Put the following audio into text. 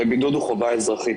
הרי בידוד הוא חובה אזרחית.